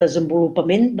desenvolupament